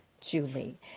Julie